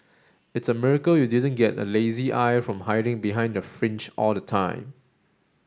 it's a miracle you didn't get a lazy eye from hiding behind the fringe all the time